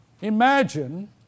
Imagine